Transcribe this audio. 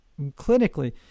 clinically